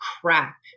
crack